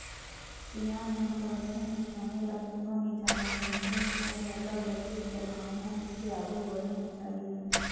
सियान मन कहथें कि समे ल कोनो नी जानें मइनसे मन ल सरलग बचेत कर भावना लेके आघु बढ़नेच चाही